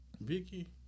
Vicky